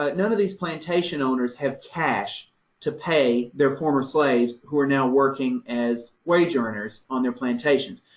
ah none of these plantation owners have cash to pay their former slaves, who are now working as wage earners on their plantations.